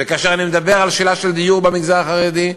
וכאשר אני מדבר על שאלה של דיור למגזר החרדי,